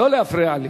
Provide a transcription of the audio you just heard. לא להפריע לי.